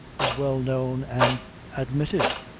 is well known and admitted